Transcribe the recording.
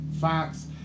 Fox